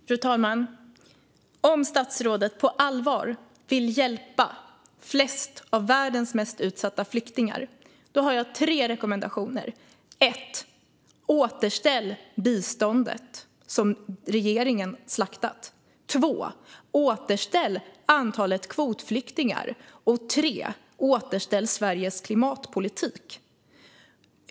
Fru talman! Om statsrådet på allvar vill hjälpa fler av världens mest utsatta flyktingar har jag tre rekommendationer. Ett - återställ biståndet, som regeringen slaktat. Två - återställ antalet kvotflyktingar. Tre - återställ Sveriges klimatpolitik.